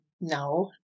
no